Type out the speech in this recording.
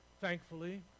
thankfully